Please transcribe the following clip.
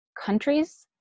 countries